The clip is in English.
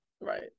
Right